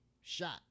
shot